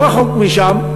לא רחוק משם,